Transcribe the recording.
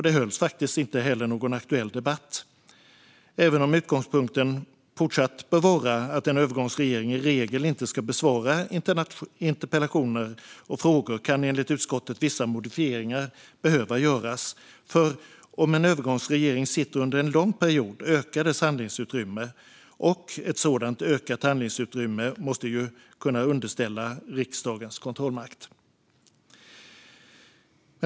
Det hölls faktiskt inte heller någon aktuell debatt. Även om utgångspunkten fortsatt bör vara att en övergångsregering i regel inte ska besvara interpellationer och frågor kan enligt utskottet vissa modifieringar behöva göras. Om en övergångsregering sitter under en lång period ökar nämligen dess handlingsutrymme, och ett sådant ökat handlingsutrymme måste kunna underställas riksdagens kontrollmakt.